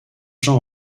jean